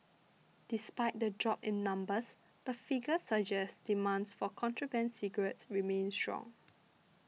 despite the drop in numbers the figures suggest demands for contraband cigarettes remains strong